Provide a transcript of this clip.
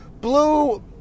blue